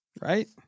right